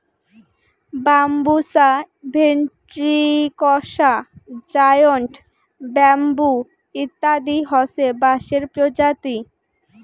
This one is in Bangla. বাম্বুসা ভেন্ট্রিকসা, জায়ন্ট ব্যাম্বু ইত্যাদি হসে বাঁশের প্রজাতি